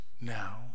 now